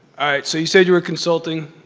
so you said you were consulting